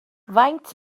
faint